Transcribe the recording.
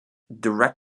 direct